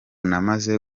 namaze